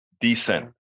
Decent